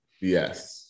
yes